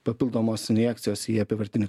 papildomos injekcijos į apyvartinį